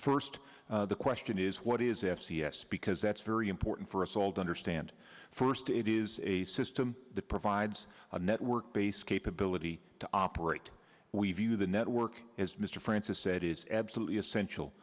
first the question is what is f c s because that's very important for us all the understand first it is a system that provides a network based capability to operate we view the network as mr francis said is absolutely essential